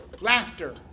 laughter